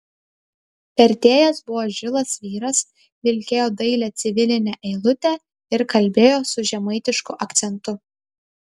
vertėjas buvo žilas vyras vilkėjo dailią civilinę eilutę ir kalbėjo su žemaitišku akcentu